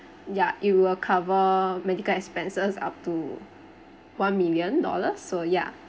ya it will cover medical expenses up to one million dollars so ya